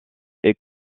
est